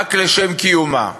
רק לשם קיומה,